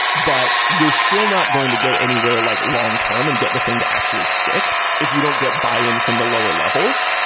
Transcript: but you're still not going to get anywhere like long-term and get the thing to actually stick if you don't get buy-in from the lower levels.